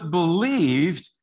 believed